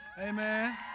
Amen